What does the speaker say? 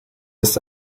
ist